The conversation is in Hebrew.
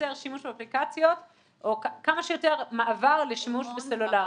שיותר שימוש באפליקציות או כמה שיותר מעבר לשימוש בסלולרי.